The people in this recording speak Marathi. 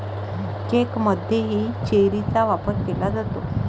केकमध्येही चेरीचा वापर केला जातो